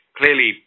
clearly